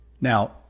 Now